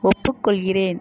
ஒப்புக்கொள்கிறேன்